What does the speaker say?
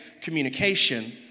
communication